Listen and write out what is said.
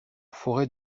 forêt